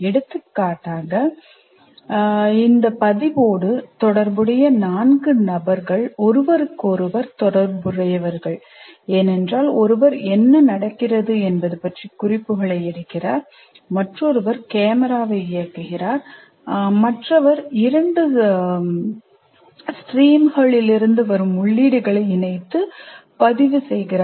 எடுத்துக்காட்டாக இந்த பதிவோடு தொடர்புடைய நான்கு நபர்கள் ஒருவருக்கொருவர் தொடர்புடையவர்கள் ஏனென்றால் ஒருவர் என்ன நடக்கிறது என்பது பற்றி குறிப்புகளை எடுக்கிறார் மற்றொருவர் கேமராவை இயக்குகிறார் மற்றவர் இரண்டு ஸ்ட்ரீம்களிலிருந்து வரும் உள்ளீடுகளை இணைத்து பதிவு செய்கிறார்